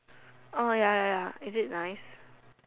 oh ya ya ya is it nice